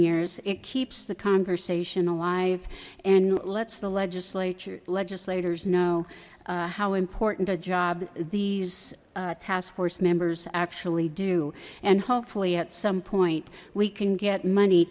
years it keeps the conversation alive and lets the legislature legislators know how important a job these task force members actually do and hopefully at some point we can get money